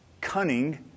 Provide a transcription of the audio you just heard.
cunning